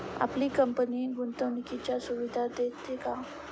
आपली कंपनी गुंतवणुकीच्या सुविधा देते का?